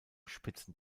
spitzen